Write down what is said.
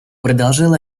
продолжал